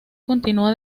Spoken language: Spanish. continúa